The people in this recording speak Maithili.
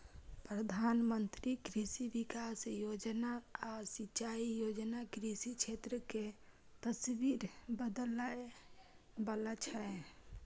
प्रधानमंत्री कृषि विकास योजना आ सिंचाई योजना कृषि क्षेत्र के तस्वीर बदलै बला छै